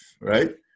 right